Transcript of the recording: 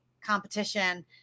competition